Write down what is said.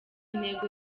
intego